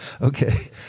Okay